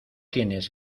tienes